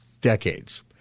Decades